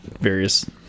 various